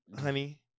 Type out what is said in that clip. honey